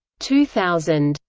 two thousand.